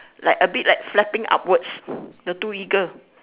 like a bit like flapping upwards the two eagle